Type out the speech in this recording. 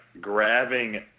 grabbing